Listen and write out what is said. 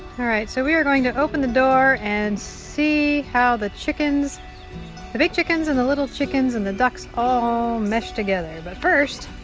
all right so we are going to open the door and see how the chickens the big chickens and the little chickens and the ducks all mesh together, but first